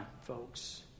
folks